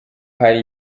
hari